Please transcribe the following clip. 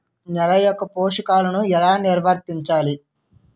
నెల యెక్క పోషకాలను ఎలా నిల్వర్తించాలి